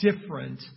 different